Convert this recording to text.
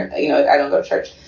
i don't go to church,